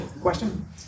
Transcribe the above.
Question